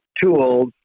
tools